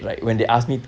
ya